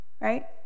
Right